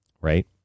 right